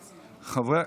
צורך.